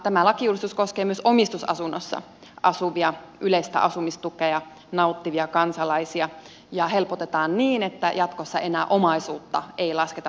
tämä lakiuudistus koskee myös omistusasunnossa asuvia yleistä asumistukea nauttivia kansalaisia ja tilannetta helpotetaan niin että jatkossa omaisuutta ei enää lasketa tuloksi